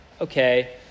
okay